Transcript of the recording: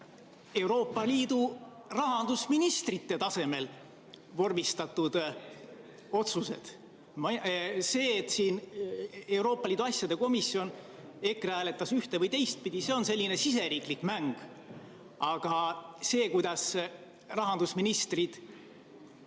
Euroopa Liidu rahandusministrite tasemel vormistatud otsused. See, et siin Euroopa Liidu asjade komisjonis EKRE hääletas ühte‑ või teistpidi, on selline siseriiklik mäng, aga see, kuidas rahandusministrid